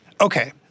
okay